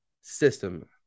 system